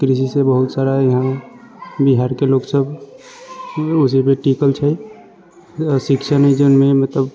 कृषि से बहुत सारा यहाँ बिहार के लोकसब उसी पे टिकल छै शिक्षा मे जन मे मतलब